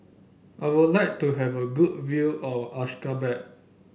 I would like to have a good view of Ashgabat